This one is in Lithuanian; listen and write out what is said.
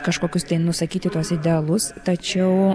kažkokius tai nusakyti tuos idealus tačiau